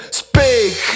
speak